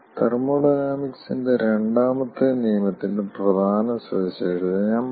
തെർമോഡൈനാമിക്സിന്റെ രണ്ടാമത്തെ നിയമത്തിന്റെ പ്രധാന സവിശേഷത ഞാൻ പറയും